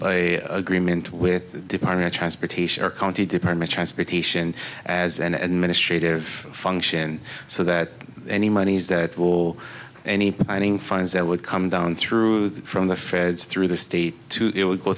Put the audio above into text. by agreement with the department of transportation our county department transportation as an administrative function so that any monies that were or any fines that would come down through from the feds through the state to it would go